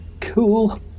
Cool